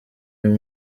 uyu